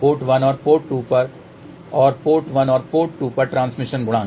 port 1 और port 2 पर और पोर्ट 1 और 2 पर ट्रांसमिशन गुणांक